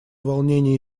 волнений